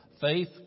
faith